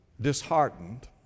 disheartened